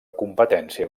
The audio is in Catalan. competència